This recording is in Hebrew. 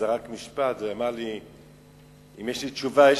שזרק משפט ושאל אותי אם יש לי תשובה.